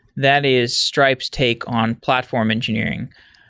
that is stripe's take on platform engineering.